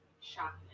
shock